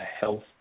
health